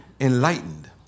enlightened